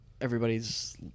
everybody's